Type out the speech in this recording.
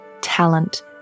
talent